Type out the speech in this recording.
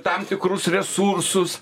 tam tikrus resursus